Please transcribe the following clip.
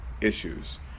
issues